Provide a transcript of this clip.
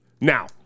Now